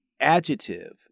adjective